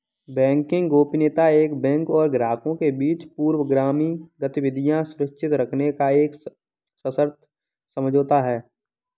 banking गोपनीयता एक bank और ग्राहकों के बीच पूर्वगामी गतिविधियां सुरक्षित रखने का एक सशर्त समझौता है